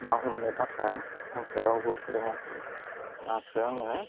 ना हमनो थाखाय आंखौ रावबो फोरोङाखै नाखौ आङो